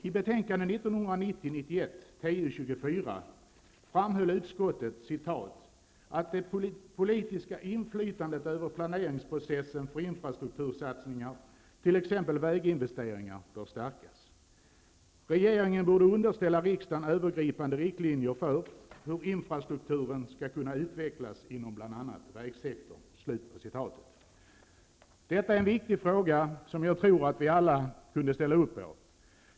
I betänkande 1990/91:TU24 framhöll utskottet ''att det politiska inflytandet över planeringsprocessen för infrastruktursatsningar, t.ex. väginvesteringar, bör stärkas. Regeringen borde underställa riksdagen övergripande riktlinjer för hur infrastrukturen skall kunna utvecklas inom bl.a. vägsektorn.'' Detta är en viktig fråga, som jag tror att vi alla kan ställa upp på.